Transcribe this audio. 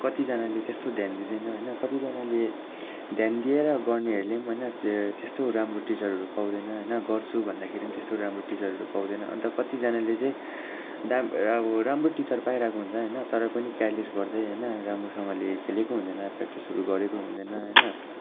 कतिजनाले त्यस्तो ध्यान दिँदैन होइन कतिजनाले ध्यान दिएर गर्नेहरूले पनि होइन त्यो त्यस्तो राम्रो टिचरहरू पाउँदैन होइन गर्छु भन्दाखेरि पनि त्यस्तो राम्रो टिचरहरू पाउँदैन अन्त कतिजनाले चाहिँ दाम अब राम्रो टिचर पाइरहेको हुन्छ होइन तर पनि केयरलेस गर्दै होइन राम्रोसँगले खेलेको हुँदैन प्र्याक्टिसहरू गरेको हुँदैन होइन